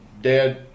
dad